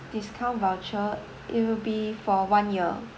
discount voucher it will be for one year